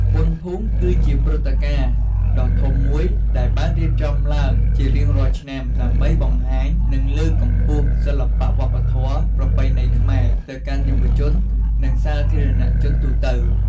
បុណ្យភូមិគឺជាព្រឹត្តិការណ៍ដ៏ធំមួយដែលបានរៀបចំឡើងជារៀងរាល់ឆ្នាំ ដើម្បីបង្ហាញ និងលើកកម្ពស់សិល្បៈ វប្បធម៌ ប្រពៃណីខ្មែរទៅកាន់យុវជន និងសាធារណជនទូទៅ។